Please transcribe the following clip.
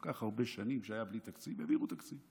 כל כך הרבה שנים שזה היה בלי תקציב, העבירו תקציב.